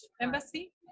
embassy